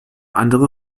andere